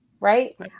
Right